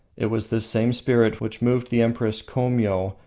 it was the same spirit which moved the empress komio,